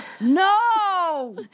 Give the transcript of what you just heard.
No